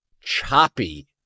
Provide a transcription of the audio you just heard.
choppy